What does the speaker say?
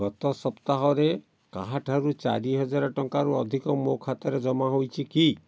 ଗତ ସପ୍ତାହରେ କାହାଠାରୁ ଚାରି ହଜାର ଟଙ୍କାରୁ ଅଧିକ ମୋ ଖାତାରେ ଜମା ହୋଇଛି କି